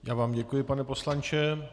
Já vám děkuji, pane poslanče.